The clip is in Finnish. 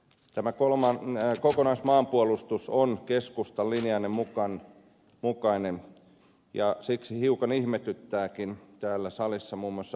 tämä kokonaismaanpuolustus on keskustan linjan mukainen ja siksi hiukan ihmetyttääkin täällä salissa muun muassa ed